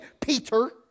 Peter